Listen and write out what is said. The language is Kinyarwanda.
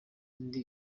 indi